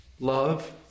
Love